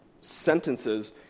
sentences